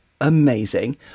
amazing